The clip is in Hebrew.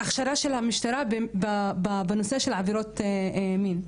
ההכשרה של המשטרה בנושא של עבירות מין.